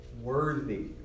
Worthy